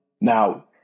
now